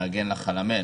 להגן לך על המייל.